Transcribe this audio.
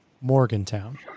Morgantown